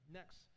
Next